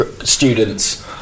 students